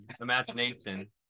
imagination